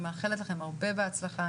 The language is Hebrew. אני מאחלת לכם הרבה בהצלחה,